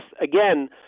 again